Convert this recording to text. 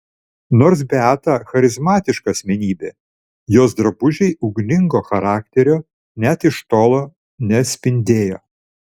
nors beata charizmatiška asmenybė jos drabužiai ugningo charakterio net iš tolo neatspindėjo